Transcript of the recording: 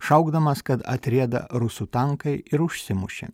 šaukdamas kad atrieda rusų tankai ir užsimušė